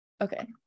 okay